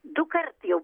dukart jau